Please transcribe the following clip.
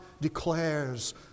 declares